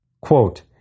Quote